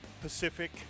pacific